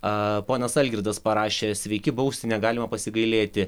ponas algirdas parašė sveiki bausti negalima pasigailėti